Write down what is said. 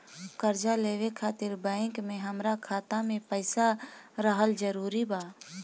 कर्जा लेवे खातिर बैंक मे हमरा खाता मे पईसा रहल जरूरी बा?